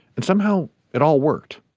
and somehow it all worked.